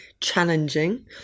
challenging